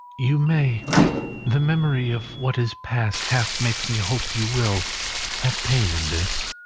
you may the memory of what is past half makes me hope you will have pain in this.